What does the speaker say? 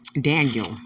Daniel